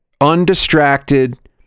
Undistracted